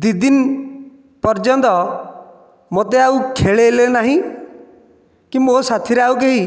ଦୁଇ ଦିନ ପର୍ଯ୍ୟନ୍ତ ମୋତେ ଆଉ ଖେଳାଇଲେନାହିଁ କି ମୋ' ସାଥିରେ ଆଉ କେହି